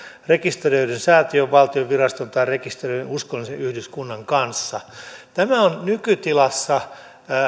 rekisteröidyn säätiön valtion viraston tai rekisteröidyn uskonnollisen yhdyskunnan kanssa tämä on nykytilassa